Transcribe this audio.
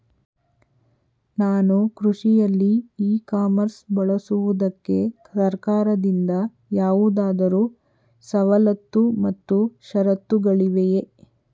ನಾನು ಕೃಷಿಯಲ್ಲಿ e commerce ಬಳಸುವುದಕ್ಕೆ ಸರ್ಕಾರದಿಂದ ಯಾವುದಾದರು ಸವಲತ್ತು ಮತ್ತು ಷರತ್ತುಗಳಿವೆಯೇ?